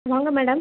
வாங்க மேடம்